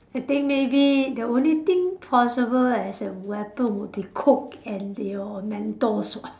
I think maybe the only thing possible as a weapon would be coke and your mentos [what]